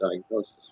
diagnosis